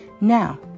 Now